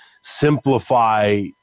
simplify